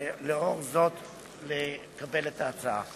לאור זאת אנחנו, מציעים לקבל את ההצעה.